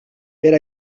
per